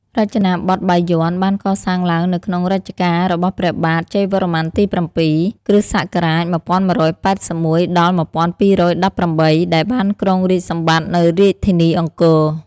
រចនាបថបាយ័ន បានកសាងឡើងនៅក្នុងរជ្ជកាលរបស់ព្រះបាទ ជ័យវរ្ម័នទី៧ (គ.ស.១១៨១-១២១៨) ដែលបានគ្រងរាជ្យសម្បត្តិនៅរាជធានីអង្គរ។